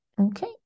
Okay